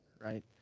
right